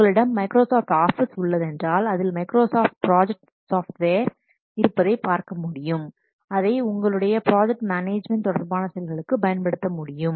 உங்களிடம் Microsoft office உள்ளதென்றால் அதில் மைக்ரோசாஃப்ட் ப்ராஜெக்ட் சாஃப்ட்வேர் இருப்பதை பார்க்க முடியும் அதை உங்களுடைய ப்ராஜெக்ட் மேனேஜ்மென்ட் தொடர்பான செயல்களுக்கு பயன்படுத்த முடியும்